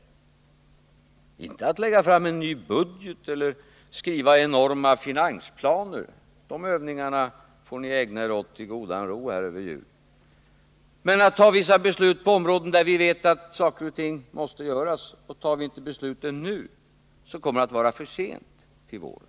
Det gällde inte att regeringen skulle lägga fram en ny budget eller skriva enorma finansplaner — sådana övningar får ni ägna er åt i godan ro under julen — utan det handlade om att beslut skulle fattas på vissa områden där vi vet att saker och ting måste göras. Fattar vi inte de besluten nu, så kommer det att vara för sent till våren.